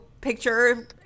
picture